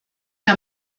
der